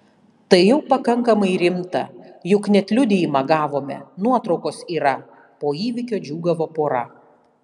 tai jau pakankamai rimta juk net liudijimą gavome nuotraukos yra po įvykio džiūgavo pora